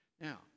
Now